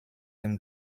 dem